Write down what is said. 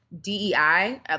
DEI